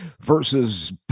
versus